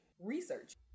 research